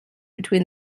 between